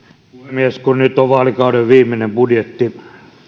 puhemies kun nyt on vaalikauden viimeinen budjetti